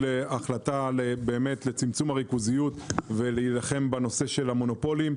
החלטה לצמצום הריכוזיות ולהילחם בנושא של המונופולים.